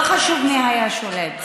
לא חשוב מי היה שולט.